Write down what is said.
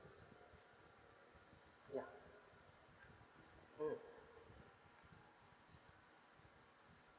s~ yeah mm